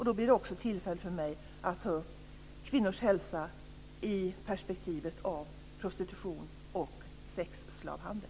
Då blir det också tillfälle för mig att ta upp kvinnors hälsa i perspektivet av prostitution och sexslavhandel.